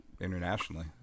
internationally